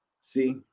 See